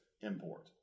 import